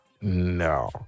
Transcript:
no